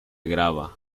grava